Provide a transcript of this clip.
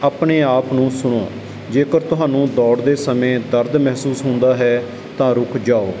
ਆਪਣੇ ਆਪ ਨੂੰ ਸੁਣੋ ਜੇਕਰ ਤੁਹਾਨੂੰ ਦੌੜਦੇ ਸਮੇਂ ਦਰਦ ਮਹਿਸੂਸ ਹੁੰਦਾ ਹੈ ਤਾਂ ਰੁਕ ਜਾਓ